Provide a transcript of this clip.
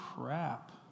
crap